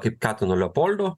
kaip katino leopoldo